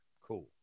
Cool